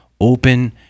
open